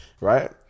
right